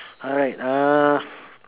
alright uh